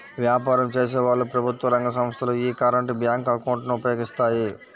వ్యాపారం చేసేవాళ్ళు, ప్రభుత్వ రంగ సంస్ధలు యీ కరెంట్ బ్యేంకు అకౌంట్ ను ఉపయోగిస్తాయి